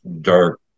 dark